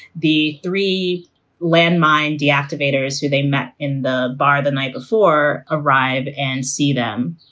the three landmine deactivator is who they met in the bar the night before arrive and see them.